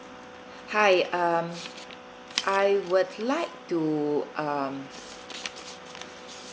hi um I would like to um